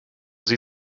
sie